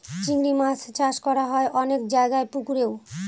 চিংড়ি মাছ চাষ করা হয় অনেক জায়গায় পুকুরেও